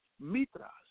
mitras